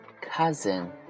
cousin